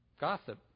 Gossip